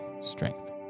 Strength